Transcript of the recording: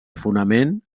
fonament